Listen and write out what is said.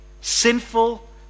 sinful